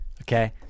okay